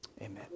amen